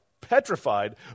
petrified